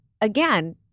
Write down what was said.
again